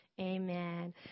amen